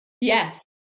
Yes